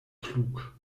klug